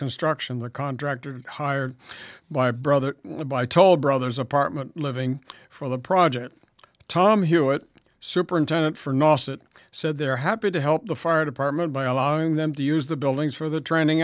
construction the contractor hired by brother by toll brothers apartment living for the project tom hewitt superintendent for nossiter said they're happy to help the fire department by allowing them to use the buildings for the training